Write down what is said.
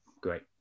Great